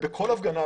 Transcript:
בכל הפגנה,